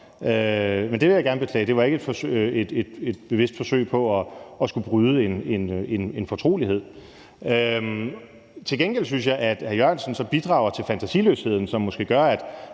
Men det vil jeg gerne beklage, det var ikke et bevidst forsøg på at bryde en fortrolighed. Til gengæld synes jeg, at hr. Jan E. Jørgensen bidrager til fantasiløsheden, hvilket måske gør,